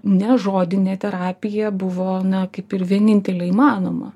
ne žodinė terapija buvo na kaip ir vienintelė įmanoma